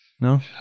No